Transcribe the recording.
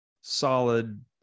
solid